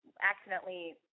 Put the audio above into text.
accidentally –